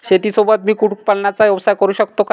शेतीसोबत मी कुक्कुटपालनाचा व्यवसाय करु शकतो का?